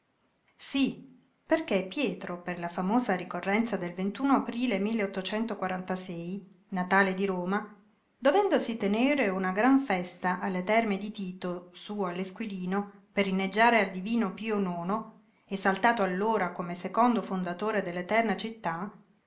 sí perché pietro per la famosa ricorrenza del aprile natale di roma dovendosi tenere una gran festa alle terme di tito sú all'esquilino per inneggiare al divino io esaltato allora come secondo fondatore dell'eterna città